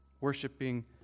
worshiping